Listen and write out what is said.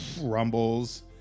rumbles